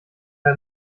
der